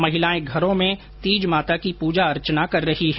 महिलाएं घरों में तीज माता की पूजा अर्चना कर रही है